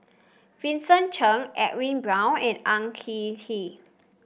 Vincent Cheng Edwin Brown and Ang Kin Kee